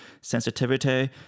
sensitivity